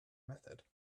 method